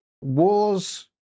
wars